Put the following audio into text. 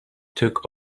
took